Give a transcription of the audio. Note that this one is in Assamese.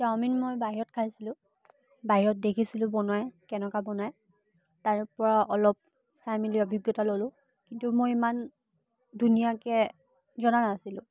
চাওমিন মই বাহিৰত খাইছিলোঁ বাহিৰত দেখিছিলোঁ বনায় কেনেকুৱা বনায় তাৰ পৰা অলপ চাই মেলি অভিজ্ঞতা ল'লোঁ কিন্তু মই ইমান ধুনীয়াকৈ জনা নাছিলোঁ